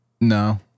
No